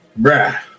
bruh